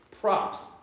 Props